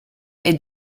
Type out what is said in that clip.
est